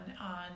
on